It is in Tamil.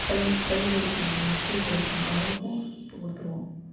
பள்ளி பள்ளி படிக்கிறாங்கள்ல ஸ்கூல் படிக்கிறாங்கள் அவங்களுக்கும் பூ கொடுத்துருவோம்